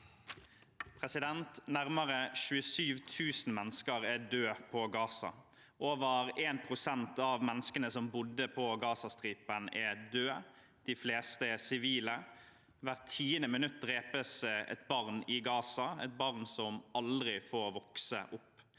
Nærmere 27 000 mennesker er døde i Gaza. Over 1 pst. av menneskene som bodde på Gazastripen, er døde. De fleste er sivile. Hvert tiende minutt drepes et barn i Gaza – et barn som aldri får vokse opp.